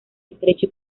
estrecho